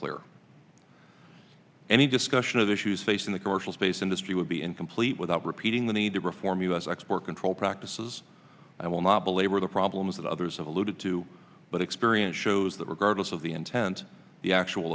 clear any discussion of the issues facing the commercial space industry would be incomplete without repeating the need to reform u s export control practices i will not belabor the problems that others have alluded to but experience shows that regardless of the intent the actual